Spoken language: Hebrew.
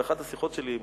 באחת השיחות שלי עם